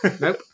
Nope